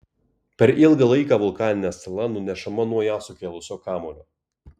per ilgą laiką vulkaninė sala nunešama nuo ją sukėlusio kamuolio